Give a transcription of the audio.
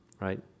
right